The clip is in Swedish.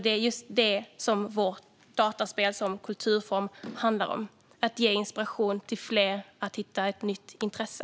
Det är just detta som vårt dataspel som kulturform handlar om: att ge inspiration till fler att hitta ett nytt intresse.